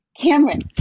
cameron